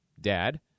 dad